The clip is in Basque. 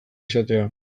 izatea